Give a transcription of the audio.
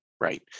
right